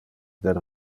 del